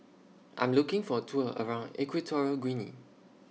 I'm looking For A Tour around Equatorial Guinea